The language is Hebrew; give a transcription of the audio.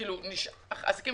מי שעסקיו